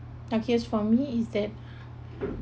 luckiest for me is that